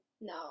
No